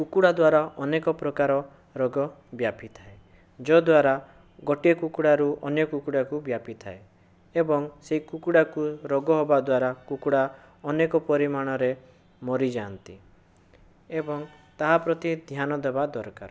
କୁକୁଡ଼ା ଦ୍ୱାରା ଅନେକ ପ୍ରକାର ରୋଗ ବ୍ୟାପିଥାଏ ଯଦ୍ୱାରା ଗୋଟିଏ କୁକୁଡ଼ାରୁ ଅନ୍ୟ କୁକୁଡ଼ାକୁ ବ୍ୟାପିଥାଏ ଏବଂ ସେ କୁକୁଡ଼ାକୁ ରୋଗ ହେବାଦ୍ୱାରା କୁକୁଡ଼ା ଅନେକ ପରିମାଣରେ ମରିଯାଆନ୍ତି ଏବଂ ତାହାପ୍ରତି ଧ୍ୟାନ ଦେବା ଦରକାର